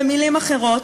במילים אחרות,